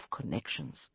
connections